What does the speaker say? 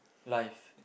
life